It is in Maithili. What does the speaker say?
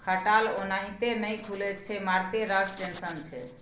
खटाल ओनाहिते नहि खुलैत छै मारिते रास टेंशन छै